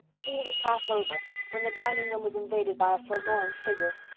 tea was half over when the dining room was invaded by a forlorn figure.